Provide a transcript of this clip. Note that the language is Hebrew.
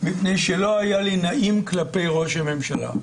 מפני שלא היה לי נעים כלפי ראש הממשלה.